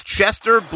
Chester